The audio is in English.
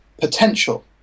potential